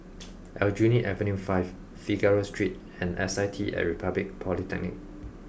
Aljunied Avenue five Figaro Street and S I T at Republic Polytechnic